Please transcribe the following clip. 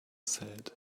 said